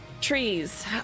Trees